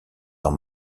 dans